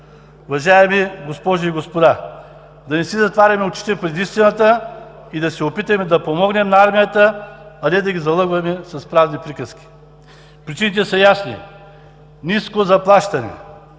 Уважаеми госпожи и господа! Да не си затваряме очите пред истината и да се опитаме да помогнем на армията, а не да ги залъгваме с празни приказки. Причините са ясни: ниско заплащане,